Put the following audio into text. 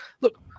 Look